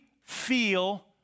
feel